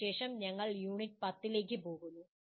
ഇതിനുശേഷം ഞങ്ങൾ യൂണിറ്റ് 10 ലേക്ക് പോകുന്നു